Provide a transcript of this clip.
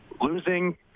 losing